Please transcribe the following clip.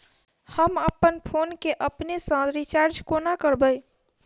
हम अप्पन फोन केँ अपने सँ रिचार्ज कोना करबै?